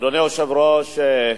אדוני היושב-ראש,